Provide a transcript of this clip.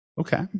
Okay